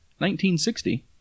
1960